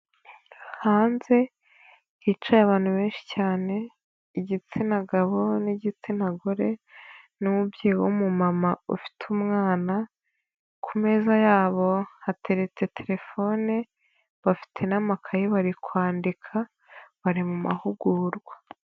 Hanze hicaye abantu benshi cyane igitsina gabo n'igitsina gore, n'umubyeyi w'umumama ufite umwana, ku meza yabo hateretse telefone, bafite n'amakaye bari kwandika bari mu mahugurwa.